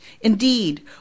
Indeed